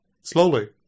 slowly